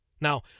Now